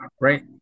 right